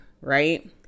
right